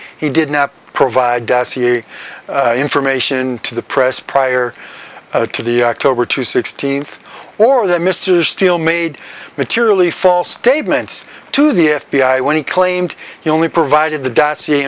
he did not provide information to the press prior to the october two sixteenth or that mr steele made materially false statements to the f b i when he claimed he only provided the